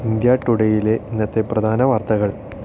India ടുഡെയിലെ ഇന്നത്തെ പ്രധാന വാർത്തകൾ